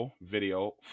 video